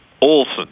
Olson